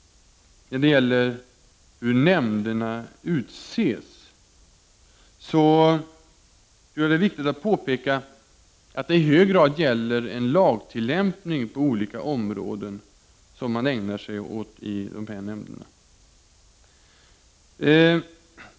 När det gäller hur nämnderna utses tror jag att det är viktigt att påpeka att det i de olika nämnderna i hög grad handlar om en tillämpning av lagen på olika områden.